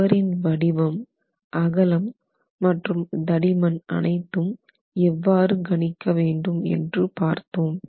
சுவரின் வடிவம் அகலம் மற்றும் தடிமன் அனைத்தும் எவ்வாறு கணிக்க வேண்டும் என்று பார்த்தோம்